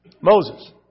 Moses